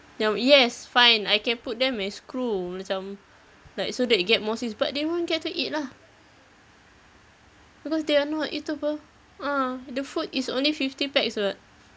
yang yes fine I can put them as crew macam like so that you get more seats but they won't get to eat lah because they are not itu [pe] a'ah the food is only fifty pax [what]